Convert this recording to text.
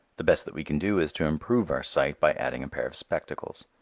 the best that we can do is to improve our sight by adding a pair of spectacles.